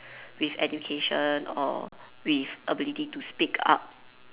with education or with ability to speak up